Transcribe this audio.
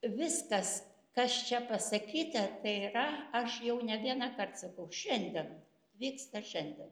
viskas kas čia pasakyta tai yra aš jau ne vienąkart sakau šiandien vyksta šiandien